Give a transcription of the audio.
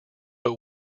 but